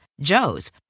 Joe's